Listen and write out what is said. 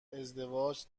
ازدواج